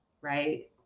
right